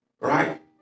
Right